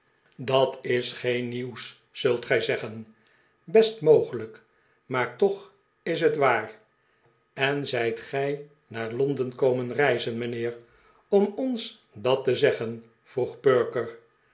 bat is geen nieuws zult gij zeggen best itiogelijk maar toch is het waar en zijt gij naar londen komen reizen mijnheer om ons dat te zeggen vroeg perker